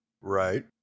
Right